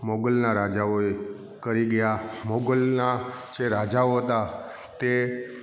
મોગલના રાજાઓએ કરી ગયા મોગલના જે રાજાઓ હતા તે